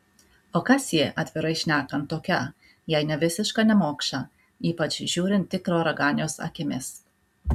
o kas ji atvirai šnekant tokia jei ne visiška nemokša ypač žiūrint tikro raganiaus akimis